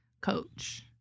coach